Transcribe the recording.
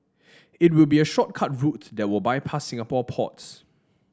it will be a shortcut route that will bypass Singapore ports